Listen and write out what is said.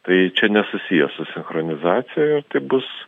tai čia nesusiję su sinchronizacija tai bus